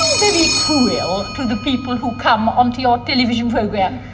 very cruel to the people who come onto your television program?